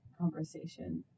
conversation